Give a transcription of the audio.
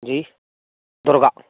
जी Durga